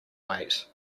wait